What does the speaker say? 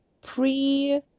pre